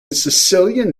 sicilian